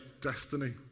destiny